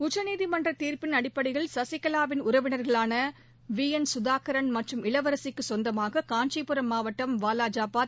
உச்சநீதிமன்ற தீர்ப்பின் அடிப்படையில் சசிகலாவின் உறவினர்களான வி என் சுதாகரன் மற்றும் இளவரசிக்கு சொந்தமாக காஞ்சிபுரம் மாவட்டம் வாலாஜாபாத்